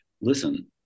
Listen